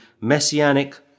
messianic